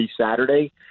Saturday